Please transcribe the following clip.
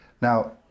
Now